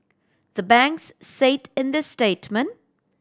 the banks said in the statement